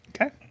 Okay